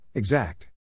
Exact